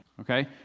Okay